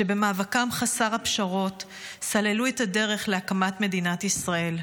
שבמאבקם חסר הפשרות סללו את הדרך להקמת מדינת ישראל.